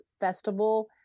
festival